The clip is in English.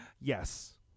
Yes